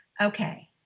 Okay